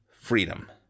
freedom